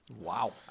Wow